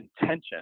intention